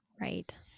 Right